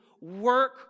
work